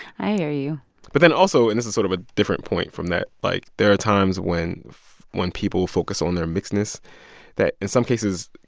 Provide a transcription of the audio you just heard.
i hear you but then also and this is sort of a different point from that. like, there are times when when people focus on their mixedness that, in some cases,